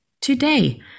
today